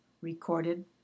recorded